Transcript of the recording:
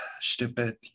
stupid